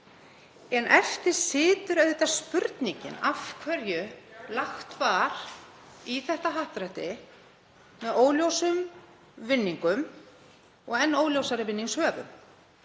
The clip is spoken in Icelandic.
En eftir situr auðvitað spurningin af hverju lagt var af stað í þetta happdrætti með óljósum vinningum og enn óljósari vinningshöfum.